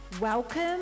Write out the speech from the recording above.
Welcome